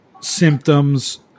symptoms